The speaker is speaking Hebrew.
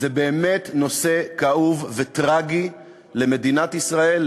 זה באמת נושא כאוב וטרגי למדינת ישראל,